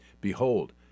Behold